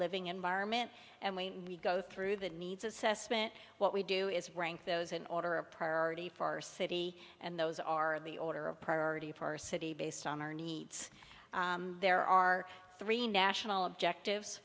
living environment and we go through the needs assessment what we do is rank those in order of priority for our city and those are in the order of priority for our city based on our needs there are three national objectives